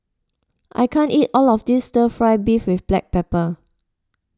I can't eat all of this Stir Fry Beef with Black Pepper